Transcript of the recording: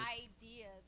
idea